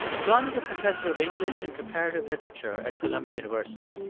john is a professor of english and comparative literature at columbia university.